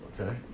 Okay